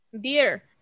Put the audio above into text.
Beer